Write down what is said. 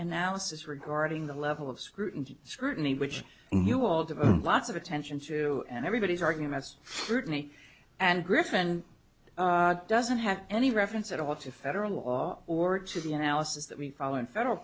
analysis regarding the level of scrutiny scrutiny which you all do lots of attention to everybody's arguments certainly and griffen doesn't have any reference at all to federal law or to the analysis that we follow in federal